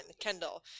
Kendall